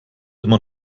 immer